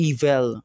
Evil